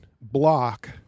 block